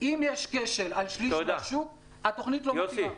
אם יש כשל על שליש מהשוק, התוכנית לא מתאימה.